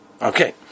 Okay